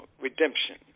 redemption